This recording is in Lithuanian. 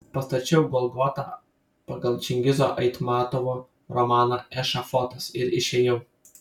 pastačiau golgotą pagal čingizo aitmatovo romaną ešafotas ir išėjau